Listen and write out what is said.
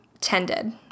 tended